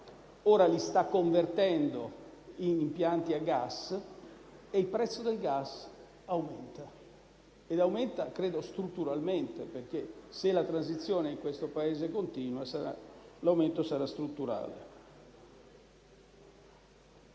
Ora li sta convertendo in impianti a gas e il prezzo del gas aumenta, e aumenta strutturalmente perché, se la transizione in quel Paese continua, l'aumento sarà strutturale.